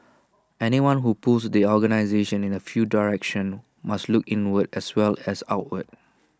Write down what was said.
anyone who pulls the organisation in new direction must look inward as well as outward